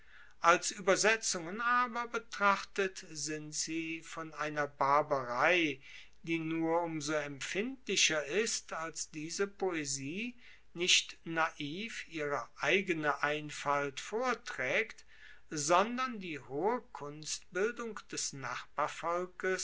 als uebersetzungen aber betrachtet sind sie von einer barbarei die nur um so empfindlicher ist als diese poesie nicht naiv ihre eigene einfalt vortraegt sondern die hohe kunstbildung des